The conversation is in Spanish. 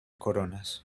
coronas